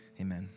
amen